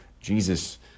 Jesus